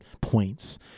points